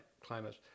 climate